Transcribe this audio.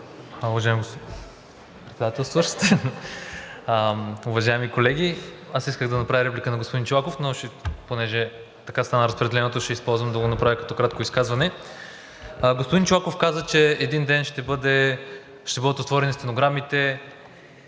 уважаеми колеги! Аз исках да направя реплика на господин Чолаков, но понеже така стана разпределението, ще използвам да го направя като кратко изказване. Господин Чолаков каза, че един ден ще бъдат отворени стенограмите,